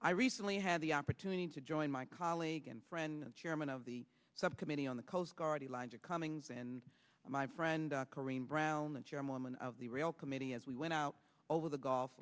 i recently had the opportunity to join my colleague and friend chairman of the subcommittee on the coast guard elijah cummings and my friend corinne brown the chairman of the real committee as we went out over the gulf